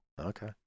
Okay